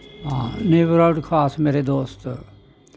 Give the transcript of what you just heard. हां नेबरहड खास मेरे दोस्त